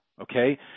okay